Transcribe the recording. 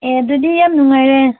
ꯑꯦ ꯑꯗꯨꯗꯤ ꯌꯥꯝ ꯅꯨꯡꯉꯥꯏꯔꯦ